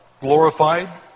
glorified